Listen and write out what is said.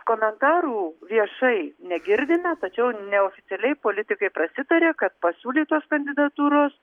komentarų viešai negirdime tačiau neoficialiai politikai prasitarė kad pasiūlytos kandidatūros